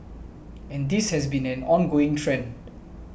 and this has been an ongoing trend